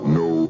no